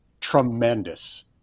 tremendous